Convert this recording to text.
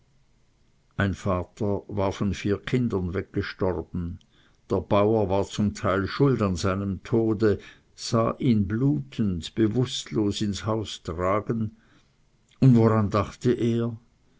ein vater war von vier kindern weggestorben der bauer war zum teil schuld an seinem tode sah ihn blutend bewußtlos ins haus tragen und woran dachte er